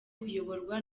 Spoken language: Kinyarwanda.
kuyoborwa